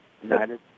United